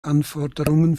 anforderungen